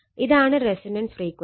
ഇതാണ് resonance frequency